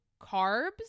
carbs